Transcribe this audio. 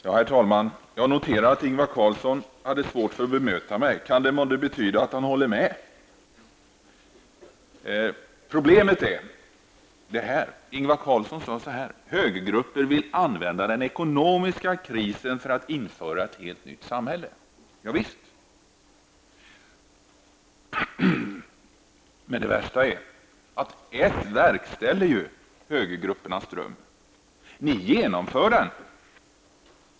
Herr talman! Jag noterar att Ingvar Carlsson hade svårt att bemöta mitt inlägg. Kan det månne betyda att han håller med mig? Problemet är följande. Ingvar Carlsson sade att högergrupper vill använda den ekonomiska krisen för att införa ett helt nytt samhälle. Ja visst, men det värsta är ju att socialdemokraterna verkställer högergruppernas dröm. Ni genomför den.